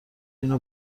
اینو